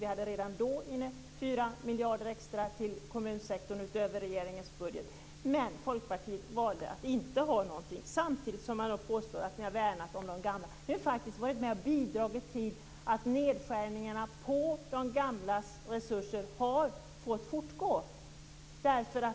Vi hade redan då 4 miljarder extra till kommunsektorn utöver regeringens budget. Men Folkpartiet valde att inte ha några extra pengar. Samtidigt påstår ni att ni har värnat om de gamla. Ni har bidragit till att nedskärningarna på de gamlas resurser har fått fortgå.